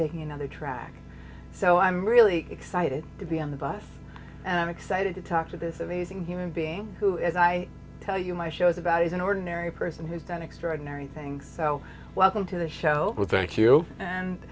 taking another track so i'm really excited to be on the bus and i'm excited to talk to this amazing human being who as i tell you my shows about is an ordinary person who's done extraordinary things so welcome to the show with thank you and